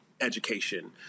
education